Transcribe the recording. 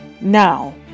Now